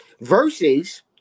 Versus